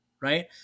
right